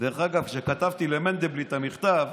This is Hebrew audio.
דרך אגב, כשכתבתי למנדלבליט את המכתב